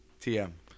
T-M